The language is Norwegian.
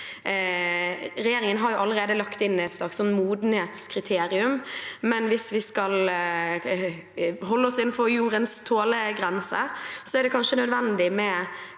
Regjeringen har allerede lagt inn et slags modenhetskriterium, men hvis vi skal holde oss innenfor jordens tålegrense, er det kanskje nødvendig med